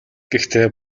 гэхдээ